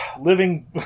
Living